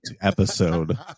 episode